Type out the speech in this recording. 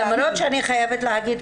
למרות שאני חייבת להגיד,